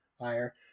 higher